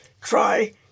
Try